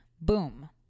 Boom